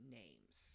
names